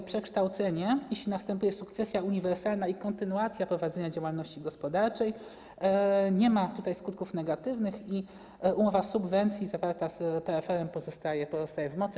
W przypadku przekształcenia, jeśli następuje sukcesja uniwersalna i kontynuacja prowadzenia działalności gospodarczej, nie ma skutków negatywnych i umowa subwencji zawarta z PFR-em pozostaje w mocy.